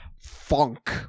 funk